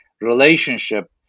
relationship